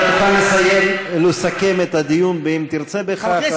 אתה תוכל לסכם את הדיון אם תרצה בכך,